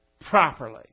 properly